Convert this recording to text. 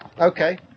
Okay